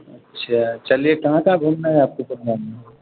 اچھا چلیے کہاں کہاں گھومنا ہے آپ کو پٹنہ میں